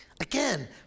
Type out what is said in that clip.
Again